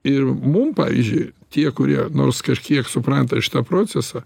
ir mum pavyzdžiui tie kurie nors kažkiek supranta šitą procesą